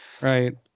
Right